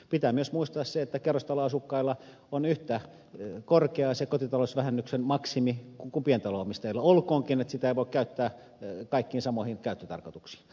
pitää myös muistaa se että kerrostaloasukkailla on yhtä korkea se kotitalousvähennyksen maksimi kuin pientalon omistajilla olkoonkin että sitä ei voi käyttää kaikkiin samoihin käyttötarkoituksiin